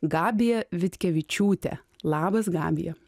gabiją vitkevičiūtę labas gabija